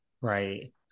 right